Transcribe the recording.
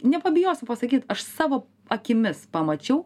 nepabijosiu pasakyt aš savo akimis pamačiau